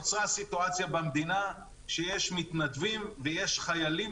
נוצרה סיטואציה במדינה שיש מתנדבים ויש חיילים